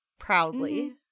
proudly